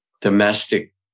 domestic